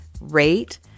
rate